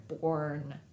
born